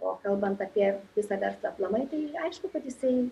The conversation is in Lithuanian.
o kalbant apie visą verslą aplamai tai aišku kad jisai